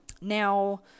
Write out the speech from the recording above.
Now